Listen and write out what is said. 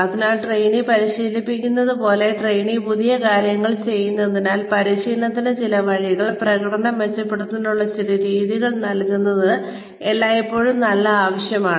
അതിനാൽ ട്രെയിനി പരിശീലിക്കുന്നതുപോലെ ട്രെയിനി പുതിയ കാര്യങ്ങൾ ചെയ്യുന്നതിനാൽ പരിശീലനത്തിന് ചില വഴികൾ പ്രകടനം മെച്ചപ്പെടുത്തുന്നതിനുള്ള ചില രീതികൾ നൽകുന്നത് എല്ലായ്പ്പോഴും നല്ല ആശയമാണ്